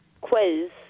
quiz